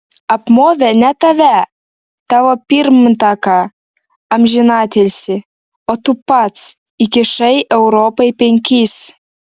apmovė ne tave tavo pirmtaką amžinatilsį o tu pats įkišai europai penkis